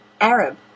Arab